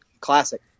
Classic